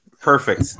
Perfect